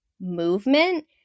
movement